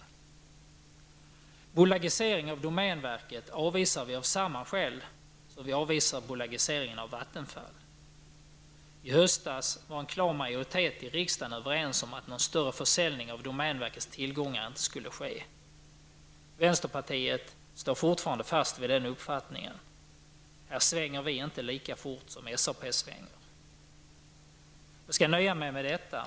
Vi avvisar bolagisering av domänverket av samma skäl som vi avvisar bolagisering av Vattenfall. I höstas var en klar majoritet i riksdagen överens om att någon större försäljning av domänverkets tillgångar inte skulle ske. Vänsterpartiet står fortfarande fast vid den uppfattningen. Vi svänger inte lika fort som SAP. Jag nöjer mig med detta.